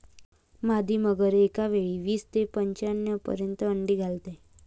मादी मगर एकावेळी वीस ते पंच्याण्णव पर्यंत अंडी घालते